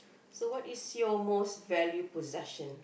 so what is your most valued possession